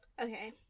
okay